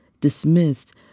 dismissed